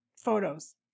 photos